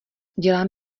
dělám